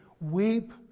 Weep